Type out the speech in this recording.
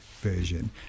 version